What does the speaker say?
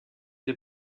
des